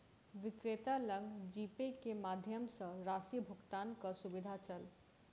विक्रेता लग जीपे के माध्यम सॅ राशि भुगतानक सुविधा छल